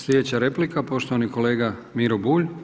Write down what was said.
Slijedeća replika, poštovani kolega Miro Bulj.